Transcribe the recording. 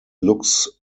looks